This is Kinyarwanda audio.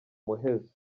muhezo